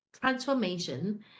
transformation